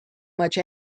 much